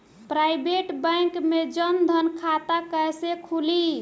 Private bank मे जन धन खाता कैसे खुली?